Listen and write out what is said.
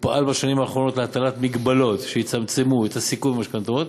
ופעל בשנים האחרונות להטלת מגבלות שיצמצמו את הסיכון במשכנתאות,